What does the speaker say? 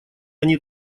они